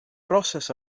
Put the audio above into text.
broses